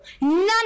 none